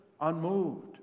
unmoved